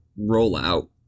rollout